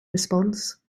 response